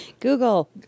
Google